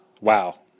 wow